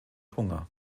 hunger